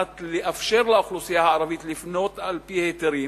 לאפשר לאוכלוסייה הערבית לבנות על-פי היתרים,